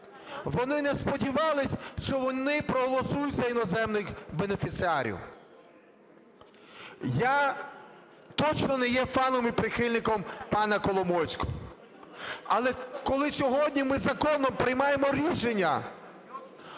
вони не сподівались, що вони проголосують за іноземних бенефіціарів. Я точно не є фаном і прихильником пана Коломойського, але коли сьогодні ми законом приймаємо рішення